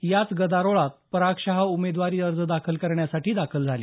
याच गदारोळात पराग शहा उमेदवारी अर्ज दाखल करण्यासाठी दाखल झाले